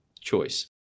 choice